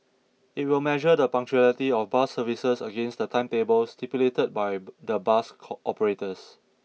it will measure the punctuality of bus services against the timetables stipulated by the bus operators